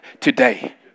today